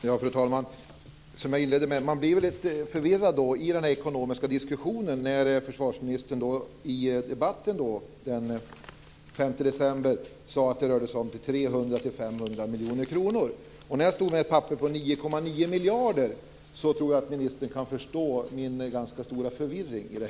Fru talman! Som jag inledde blir man litet förvirrad i den här ekonomiska diskussionen när försvarsministern i debatten den 5 december sade att det rörde sig om 300-500 miljoner kronor och jag stod där med ett papper där det stod 9,9 miljarder. Jag tror att ministern kan förstå min ganska stora förvirring.